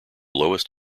lowest